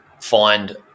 find